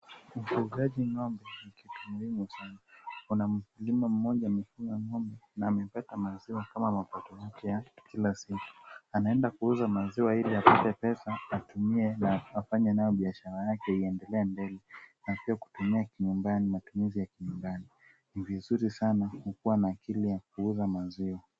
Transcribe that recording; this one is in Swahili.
Ufugaji ng'ombe ni kitu muhimu sana. kuna mkulima mmoja amefuga ng'ombe na ameweka maziwa kama mapato yake ya kila siku . Anaenda kuuza maziwa ili apate pesa atumie na afanye nayo biashara yake iendelee mbele na pia kutumia nyumbani, matumizi ya kinyumbani. Ni vizuri sana kukuwa na akili ya kuuza maziwa.